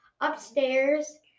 upstairs